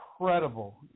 incredible